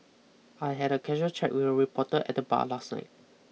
I had a casual chat with a reporter at the bar last night